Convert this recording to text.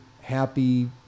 happy